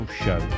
show